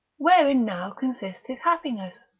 wherein now consists his happiness?